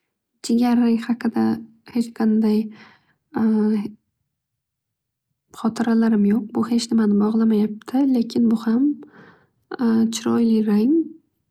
Jigarrang haqida hech qanday xotiralarim yo'q. Bu hech nimani bog'lamayabdi. Lekin bu ham chiroyli rang.